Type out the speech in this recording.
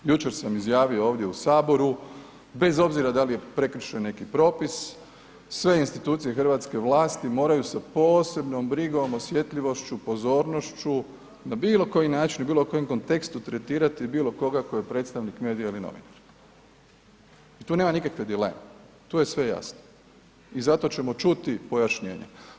Jučer sam izjavio ovdje u Saboru bez obzira da li je prekršen neki propis, sve institucije hrvatske vlasti moraju sa posebnom brigom, osjetljivošću, pozornošću, na bilokoji način i u bilokojem kontekstu tretirati bilo koga tko je predstavnik medija ili novinara i tu nema nikakve dileme, tu je sve jasno i zato ćemo čuti pojašnjenja.